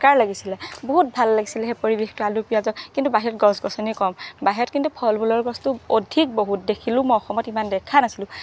কাৰ লাগিছিলে বহুত ভাল লাগিছিলে সেই পৰিৱেশটো আলু পিঁয়াজৰ কিন্তু বাহিৰত গছ গছনি কম বাহিৰত কিন্তু ফল মূলৰ গছতো অধিক বহুত দেখিলো মই অসমত ইমান দেখা নাছিলো